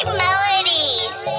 melodies